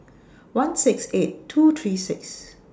one six eight two three six